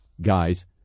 guys